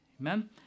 Amen